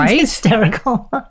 hysterical